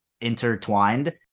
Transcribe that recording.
intertwined